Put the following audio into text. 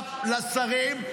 פוליגרף לשרים,